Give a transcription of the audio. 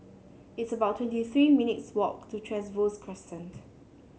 it's about twenty three minutes' walk to Trevose Crescent